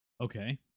Okay